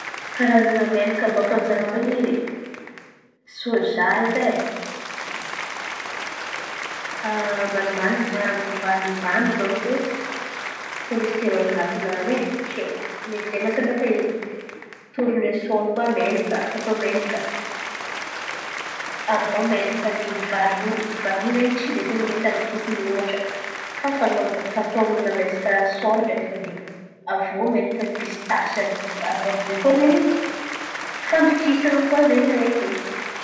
Karà menakà baka amy zava-man̈iry :soja edy e ambanimbany ambanimbany donko kolesiteroly an̈ati-nany e. Tsy haiko mety ze mampasambihafa izy, torinesoly menakà mety atao menakà aviô menakà nin’ny vanio. Vanio ze tsy de mety andokisan̈a loatra fa faton’olo amy resaka sôra ndraiky fan̈eva aviô menakà ny pisitasy àby àby io koa zen̈y fandokisan̈a koa zen̈y araiky in̈y.